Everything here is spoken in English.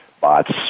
bots